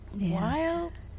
wild